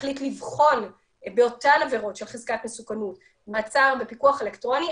מחליט לבחון באותן עבירות של חזקת מסוכנות מעצר בפיקוח אלקטרוני,